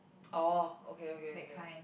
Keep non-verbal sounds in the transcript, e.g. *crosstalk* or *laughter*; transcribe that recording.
*noise* orh okay okay okay